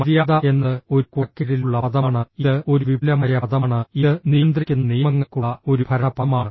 മര്യാദ എന്നത് ഒരു കുടക്കീഴിലുള്ള പദമാണ് ഇത് ഒരു വിപുലമായ പദമാണ് ഇത് നിയന്ത്രിക്കുന്ന നിയമങ്ങൾക്കുള്ള ഒരു ഭരണ പദമാണ്